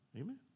Amen